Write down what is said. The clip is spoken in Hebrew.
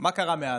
ומה קרה מאז?